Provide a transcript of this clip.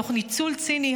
תוך ניצול ציני,